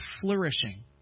flourishing